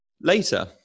later